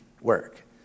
work